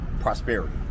prosperity